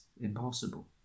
impossible